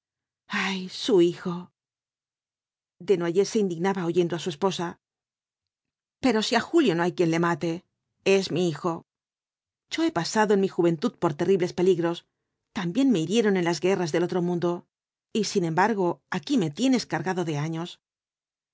ay su hijo desnoyers se indignaba oyendo á su esposa pero si á julio no hay quien le mate es mi hijo v bljlhoo luáñkz yo he pasado en mi juventud por terribles peligros también me hirieron en las guerras del otro mundo y in embargo aquí me tienes cargado de años